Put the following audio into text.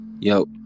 yo